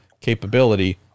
capability